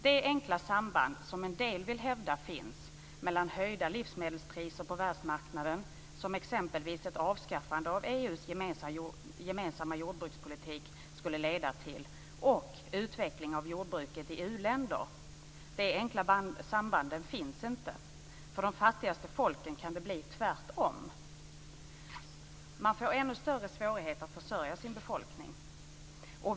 De enkla samband som en del vill hävda finns mellan höjda livsmedelspriser på världsmarknaden - som exempelvis ett avskaffande av EU:s gemensamma jordbrukspolitik skulle leda till - och utveckling av jordbruket i u-länder finns inte. För de fattigaste folken kan det bli tvärtom. Man får ännu större svårigheter att försörja sin befolkning.